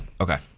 Okay